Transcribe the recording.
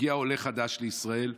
מגיע עולה חדש לישראל,